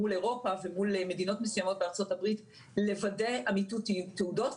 מול אירופה ומול מדינות מסוימות בארצות הברית לוודא אמיתות של תעודות,